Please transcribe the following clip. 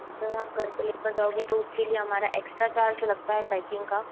आप घर पर लेकर जाओगे तो ऊसके लिए हमारा एक्सट्रा चार्ज लगता है पैकिंग का